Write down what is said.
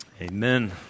Amen